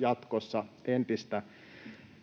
jatkossa entistä